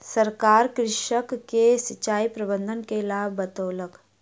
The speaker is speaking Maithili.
सरकार कृषक के सिचाई प्रबंधन के लाभ बतौलक